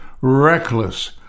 reckless